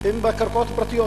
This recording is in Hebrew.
הם בקרקעות פרטיות,